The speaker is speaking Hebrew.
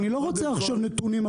אני לא רוצה עכשיו נתונים.